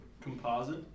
Composite